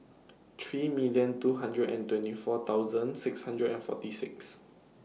three million two hundred and twenty four thousand six hundred and forty six